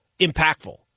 impactful